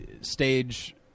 stage